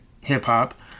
hip-hop